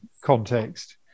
context